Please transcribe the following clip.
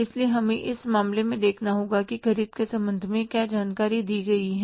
इसलिए हमें इस मामले को देखना होगा कि ख़रीद के संबंध में क्या जानकारी दी गई है